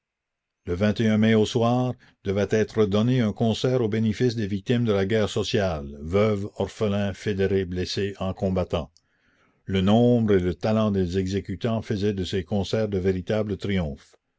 e mai au soir devait être donné un concert au bénéfice des victimes de la guerre sociale veuves orphelins fédérés blessés en combattant le nombre et le talent des exécutants faisaient de ces concerts de véritables triomphes